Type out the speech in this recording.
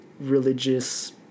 religious